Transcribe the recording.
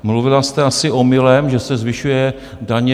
Mluvila jste asi omylem, že se zvyšují daně u DPP.